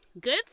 good